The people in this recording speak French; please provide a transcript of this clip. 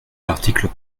l’article